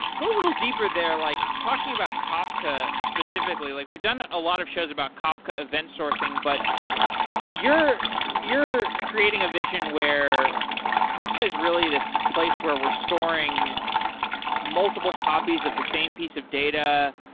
go a little deeper there. like talking about kafka specifically, like we've done ah a lot of shows about kafka event-sourcing, but you're you're creating a vision where kafka is really this place where we're storing multiple copies of the same piece of data.